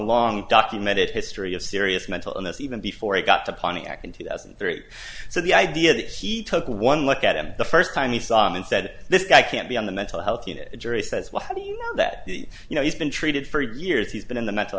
long documented history of serious mental illness even before he got to pontiac in two thousand and three so the idea that he took one look at him the first time he saw him and said this guy can't be on the mental health unit jury says well how do you know that the you know he's been treated for years he's been in the mental